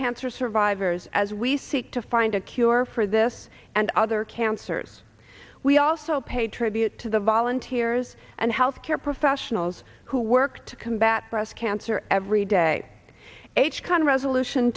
cancer survivors as we seek to find a cure for this and other cancers we also pay tribute to the volunteers and health care professionals who work to combat breast cancer every day h kind of resolution